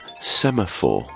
semaphore